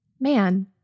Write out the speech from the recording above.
man